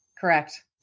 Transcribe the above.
Correct